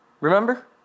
Remember